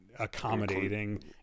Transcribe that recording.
accommodating